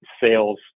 sales